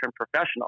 professional